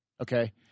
Okay